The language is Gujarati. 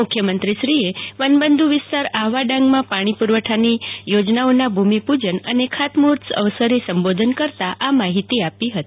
મુખ્યમંત્રીશ્રીએ વનબંધુ વિસ્તાર આહવા ડાંગમાં પાણી પુરવઠાની યોજનાઓના ભૂમિપૂજન ખાતમૂર્ફત અવસરે સંબોધન કરતાં આ માહિતી આપી હતી